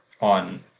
on